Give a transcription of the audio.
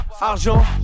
argent